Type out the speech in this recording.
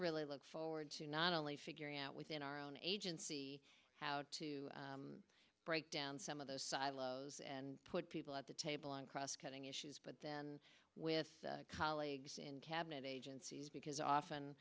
really look forward to not only figure out within our own agency how to break down some of those silos and put people at the table and cross cutting issues but then with colleagues and cabinet agencies because of